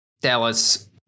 Dallas